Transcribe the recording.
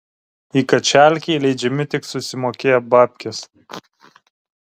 į kačialkę įleidžiami tik susimokėję babkes